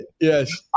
Yes